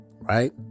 right